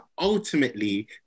ultimately